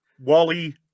Wally